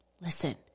listen